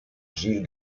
gilles